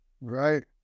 Right